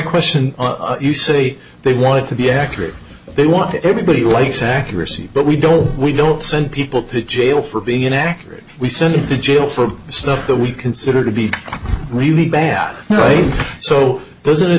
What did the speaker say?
question you say they want to be accurate they want everybody likes accuracy but we don't we don't send people to jail for being inaccurate we send it to jail for stuff that we consider to be really bad so does